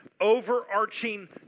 overarching